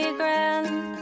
grand